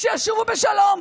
שישובו בשלום,